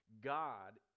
God